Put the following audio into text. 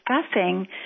discussing